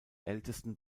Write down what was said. ältesten